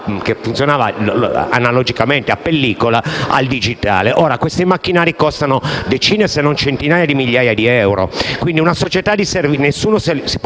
che funzionava analogicamente a pellicola, al digitale. Ora, questi macchinari costano decine se non centinaia di migliaia di euro, quindi nessuno si